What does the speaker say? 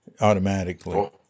automatically